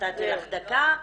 נתתי לך דקה,